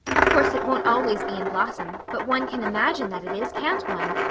of course, it won't always be in blossom, but one can imagine that it is, can't one?